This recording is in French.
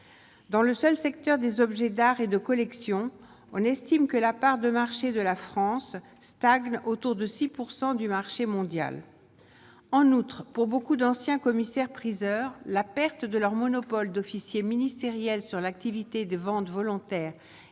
dans le seul secteur des objets d'art et de collection, on estime que la part de marché de la France stagne autour de 6 pourcent du marché mondial, en outre, pour beaucoup d'anciens commissaires priseurs, la perte de leur monopole d'officiers ministériels sur l'activité de vente volontaire et